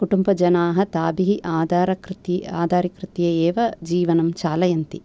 कुटुम्भजनाः ताभिः आधरकृति आधारीकृत्य एव जीवनं चालयन्ति